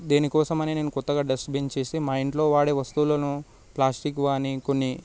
దీనికోసం అని నేను కొత్తగా డస్ట్బిన్ చేసి మా ఇంట్లో వాడే కొన్ని వస్తువులను ప్లాస్టిక్ కాని కొన్ని